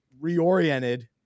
reoriented